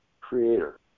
creator